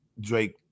Drake